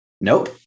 Nope